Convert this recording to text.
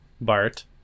Bart